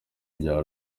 rya